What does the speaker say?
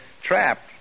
trapped